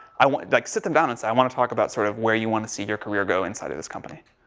i want, like sit them down and say, i want to talk about, sort of where you want to see your career go inside of this company.